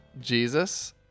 Jesus